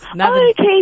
Okay